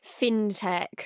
fintech